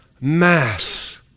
mass